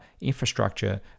infrastructure